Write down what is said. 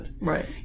Right